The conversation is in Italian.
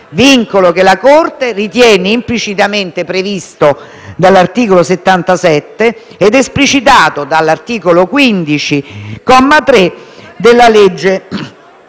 che la Corte ritiene implicitamente previsto dall'articolo 77 ed esplicitato dall'articolo 15, comma 3, della legge